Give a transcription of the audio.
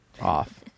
off